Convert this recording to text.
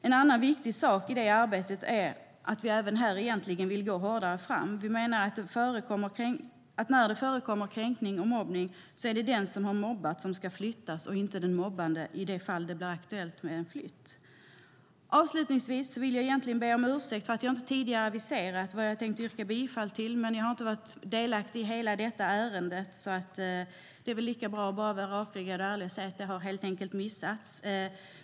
En annan viktig sak i det arbetet är att vi även här egentligen vill gå hårdare fram. Vi menar att när det förekommer kränkning och mobbning är det den som mobbar som ska flyttas och inte den mobbade, detta i de fall det blir aktuellt med flytt. Avslutningsvis vill jag be om ursäkt för att jag inte tidigare aviserat vad jag tänkte yrka bifall till, men jag har inte varit delaktig i hela detta ärende, och därför är det lika bra att vara rakryggad och ärlig och säga att det helt enkelt har missats.